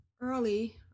early